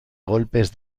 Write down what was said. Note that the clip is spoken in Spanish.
golpes